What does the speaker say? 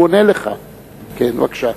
בבקשה.